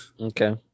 Okay